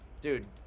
dude